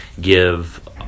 give